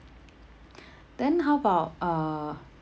then how about uh